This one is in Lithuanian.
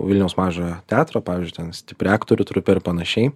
vilniaus mažojo teatro pavyzdžiui ten stipri aktorių trupė ir panašiai